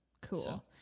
Cool